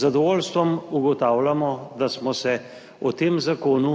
zadovoljstvom ugotavljamo, da smo se o tem zakonu